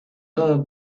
todo